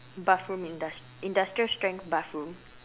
bathroom indust~ industrial strength bathroom